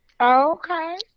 Okay